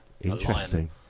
Interesting